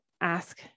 ask